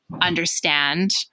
understand